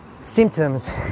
symptoms